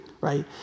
right